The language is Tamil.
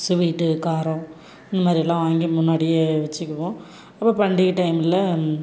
ஸ்வீட்டு காரம் இந்தமாதிரியெல்லாம் வாங்கி முன்னாடியே வைச்சிக்குவோம் அப்போ பண்டிகை டைமில்